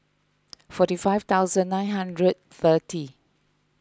forty five thousand nine hundred thirty